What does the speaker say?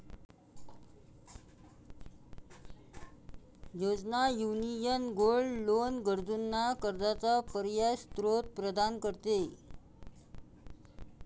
योजना, union gold loan गरजूंना कर्जाचा पर्यायी स्त्रोत प्रदान करते